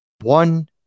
one